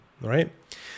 right